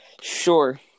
Sure